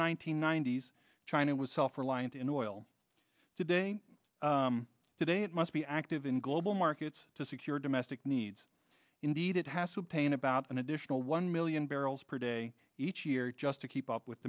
hundred ninety s china was self reliant in oil today today it must be active in global markets to secure domestic needs indeed it has to pay in about an additional one million barrels per day each year just to keep up with